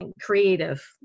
creative